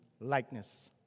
likeness